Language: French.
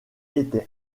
été